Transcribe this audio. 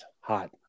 hot